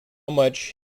much